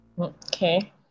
okay